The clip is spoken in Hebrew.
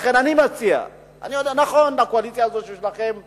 לכן אני מציע, נכון, הקואליציה הזאת שיש לכם היא